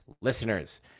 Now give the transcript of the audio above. listeners